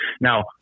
Now